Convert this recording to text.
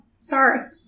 Sorry